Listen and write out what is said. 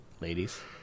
ladies